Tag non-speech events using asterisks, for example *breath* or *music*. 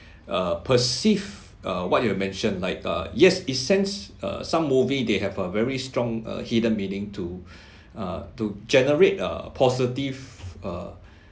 uh perceive uh what you have mentioned like uh yes essence uh some movie they have uh very strong uh hidden meaning to *breath* uh to generate a positive uh